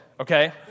okay